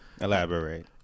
elaborate